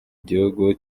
gihugu